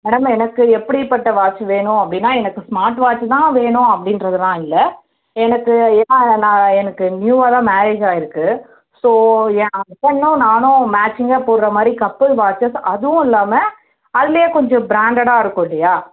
madam எனக்கு எப்படிப்பட்ட watch வேணும் அப்படின்னால் எனக்கு ஸ்மார்ட் வாட்ச்சி தான் வேணும் அப்படிங்றதுலாம் இல்லை எனக்கு ஏன்னால் நான் எனக்கு நியூவாக தான் மேரேஜ் ஆகிருக்கு ஸோ என் ஹஸ்பண்டும் நானும் மேச்சிங்காக போடுற மாதிரி கப்புள் வாட்ச்சஸ் அதுவும் இல்லாமல் அதுலேயே கொஞ்சம் ப்ராண்ட்டடாக இருக்கும் இல்லையா